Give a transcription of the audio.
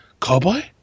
Cowboy